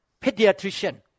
pediatrician